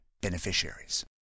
beneficiaries